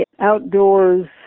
outdoors